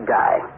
die